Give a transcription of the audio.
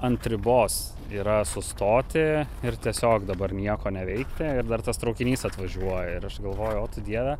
ant ribos yra sustoti ir tiesiog dabar nieko neveikti ir dar tas traukinys atvažiuoja ir aš galvoju o tu dieve